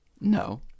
No